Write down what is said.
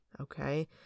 okay